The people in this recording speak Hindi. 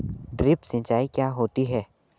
ड्रिप सिंचाई क्या होती हैं?